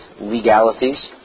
legalities